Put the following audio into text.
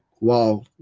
wow